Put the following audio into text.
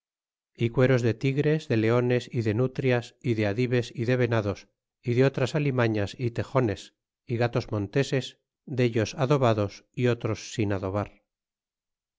y cueros de tigres de leones y de nutrías y de adives y de venados y de otras alimañas é tejones é gatos monteses dellos adobados y otros sin adobar